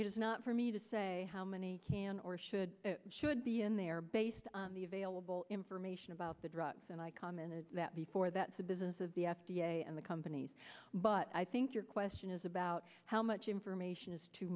is not for me to say how many can or should should be in there based on the available information about the drugs and i commented that before that's the business of the f d a and the companies but i think your question is about how much information is too